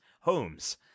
homes